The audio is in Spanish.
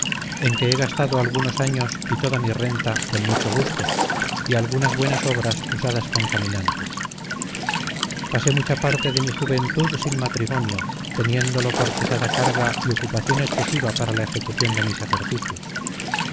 en que he gastado algunos años y toda mi renta con mucho gusto y algunas buenas obras usadas con caminantes pasé mucha parte de mi juventud sin matrimonio teniéndolo por pesada carga y ocupación excesiva para la ejecución de mis ejercicios